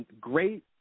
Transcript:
great